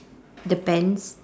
the pants